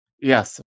Yes